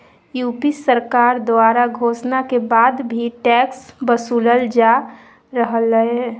UP सरकार द्वारा घोषणा के बाद भी टैक्स वसूलल जा रहलय